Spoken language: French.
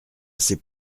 assez